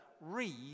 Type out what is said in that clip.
read